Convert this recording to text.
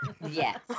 Yes